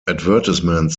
advertisements